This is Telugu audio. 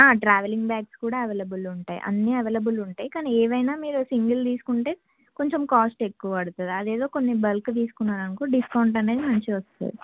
ట్రావెలింగ్ బ్యాగ్స్ కూడా అవైలబుల్ ఉంటాయి అన్ని అవైలబుల్ ఉంటాయి కానీ ఏవైనా సింగల్ తీసుకుంటే కొంచెం కాస్ట్ ఎక్కువ పడుతుంది అదేదో కొన్ని బల్క్ తీసుకున్నారనుకో డిస్కౌంట్ అనేది మంచిగా వస్తుంది